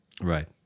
Right